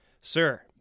Sir